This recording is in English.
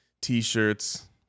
T-shirts